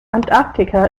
antarktika